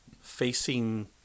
facing